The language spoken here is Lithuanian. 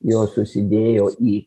jos susidėjo į